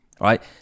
right